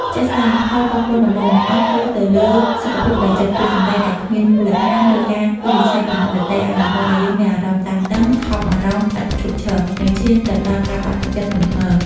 ជាក់ស្ដែង ផលប៉ះពាល់ដំបូងបង្អស់គឺទៅលើសុខភាពផ្លូវចិត្ត ពាក្យសម្ដីដែលគ្មានមូលដ្ឋាន ឬការវិនិច្ឆ័យពីអ្នកដទៃអាចបង្កឱ្យយើងមានអារម្មណ៍ តានតឹង ថប់បារម្ភឥតឈប់ឈរ និងឈានទៅដល់ការបាក់ទឹកចិត្ត ធ្ងន់ធ្ងរ។